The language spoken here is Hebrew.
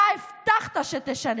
אתה הבטחת שתשנה,